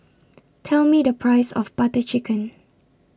Tell Me The Price of Butter Chicken